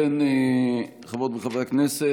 חברות וחברי הכנסת,